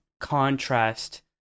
contrast